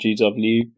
GW